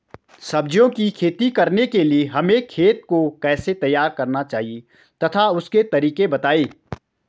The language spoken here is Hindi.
सब्जियों की खेती करने के लिए हमें खेत को कैसे तैयार करना चाहिए तथा उसके तरीके बताएं?